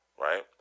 Right